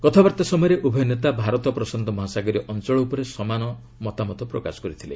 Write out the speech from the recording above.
କଥାବାର୍ତ୍ତା ସମୟରେ ଉଭୟ ନେତା ଭାରତ ପ୍ରଶାନ୍ତ ମହାସାଗରୀୟ ଅଞ୍ଚଳ ଉପରେ ସମାନ ମତାମତ ପ୍ରକାଶ କରିଥିଲେ